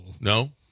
No